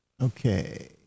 Okay